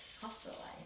hospitalized